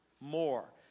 more